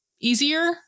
easier